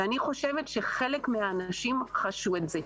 ואני חושבת שחלק מהאנשים חשו את זה.